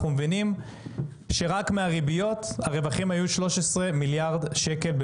אנחנו מבינים שרק מהריביות הרווחים היו 13 מיליארד שקל.